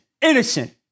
innocent